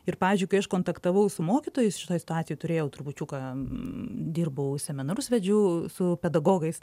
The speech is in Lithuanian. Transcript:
ir pavyzdžiui kai aš kontaktavau su mokytojais šitoj situacijoj turėjau trupučiuką dirbau seminarus vedžiau su pedagogais